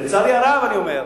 לצערי הרב, אני אומר,